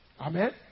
Amen